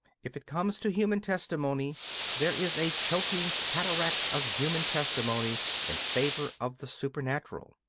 if it comes to human testimony there is a choking cataract of human testimony in favour of the supernatural.